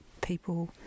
people